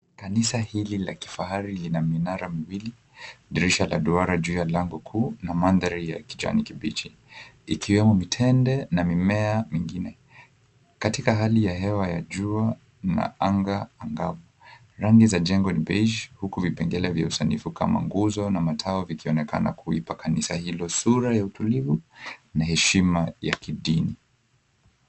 Kanisa hili la kifahari lina minara miwili dirisha la duara juu ya lango kuu na mandhari ya kijani kibichi, ikiwemo vitende na mimea mengine. Katika hali ya hewa ya jua na anga angavu. Rangi za jengo ni beige huku vipengele vya usanifu kama nguzo na matawi ikionekana kuipa kanisa hiyo sura ya utulivu na heshima ya kidini.